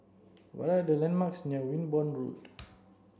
what are the landmarks near Wimborne Road